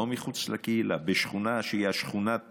לא מחוץ לקהילה, בשכונה שהיא שכונת